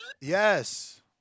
Yes